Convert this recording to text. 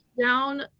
down